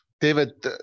David